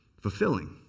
fulfilling